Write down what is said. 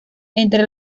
entre